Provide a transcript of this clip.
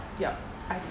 yup I